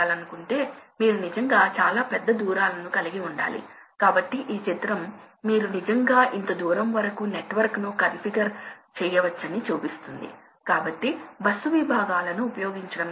కాబట్టి కొన్నిసార్లు home ventilation applications HVAC applications కోసం ఈ రకమైన కంట్రోల్ ఉపయోగించబడుతుంది కాని సాధారణంగా ఇండస్ట్రియల్ ఉపయోగించబడదు